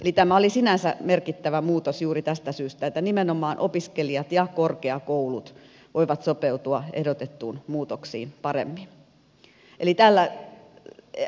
eli tämä oli sinänsä merkittävä muutos juuri tästä syystä että nimenomaan opiskelijat ja korkeakoulut voivat sopeutua ehdotettuihin muutoksiin paremmin